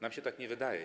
Nam się tak nie wydaje.